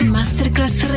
Masterclass